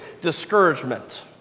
Discouragement